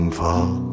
fall